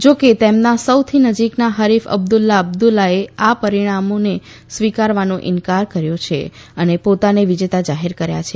જો કે તેમના સાથ્રી નજીકના હરીફ અબ્દલ્લા અબ્દલ્લાએ આ પરીણામોને સ્વીકારવાનો ઇન્કાર કર્યો છે અને પોતાને વિજેતા જાહેર કર્યા છે